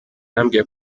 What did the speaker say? yambwiye